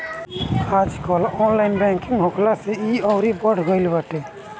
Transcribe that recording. आजकल online banking होखला से इ अउरी बढ़ गईल बाटे